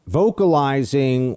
vocalizing